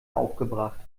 aufgebracht